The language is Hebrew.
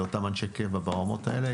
לאותם אנשי קבע ברמות האלה,